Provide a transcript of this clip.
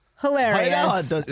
hilarious